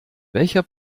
welcher